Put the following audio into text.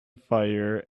fire